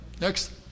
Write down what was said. Next